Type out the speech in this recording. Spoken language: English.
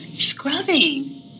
scrubbing